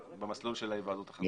במסלול של ההיוועדות החזותית.